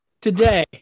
Today